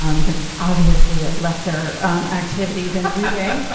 um because it's obviously a lesser activity than reading,